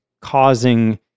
causing